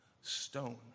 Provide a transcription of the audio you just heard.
Stone